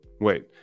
wait